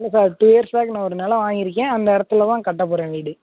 இல்லை sir two years வரைக்கும் நான் ஒரு நிலம் வாங்கியிருக்கேன் அந்த இடத்துல தான் கட்ட போகிறேன் வீடு